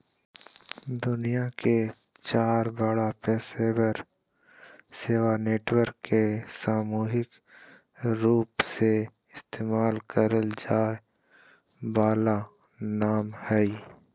दुनिया के चार बड़ा पेशेवर सेवा नेटवर्क के सामूहिक रूपसे इस्तेमाल कइल जा वाला नाम हइ